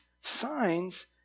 signs